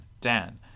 Dan